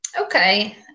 okay